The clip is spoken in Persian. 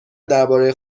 درباره